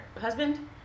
husband